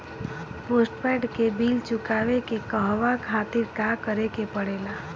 Postpaid के bill चुकावे के कहवा खातिर का करे के पड़ें ला?